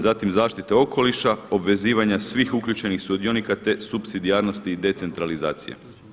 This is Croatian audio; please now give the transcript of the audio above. Zatim zaštita okoliša, obvezivanja svih uključenih sudionika, te supsidijarnosti i decentralizacija.